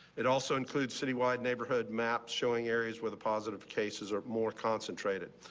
it also includes citywide neighborhood map showing areas with a positive cases are more concentrated.